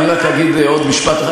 מבטיח לך.